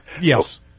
Yes